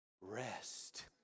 rest